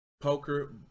Poker